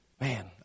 man